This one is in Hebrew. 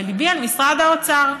בליבי על משרד האוצר,